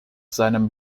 seinem